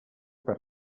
per